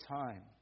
time